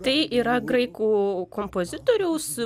tai yra graikų kompozitoriaus